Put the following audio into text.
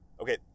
Okay